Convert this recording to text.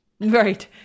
Right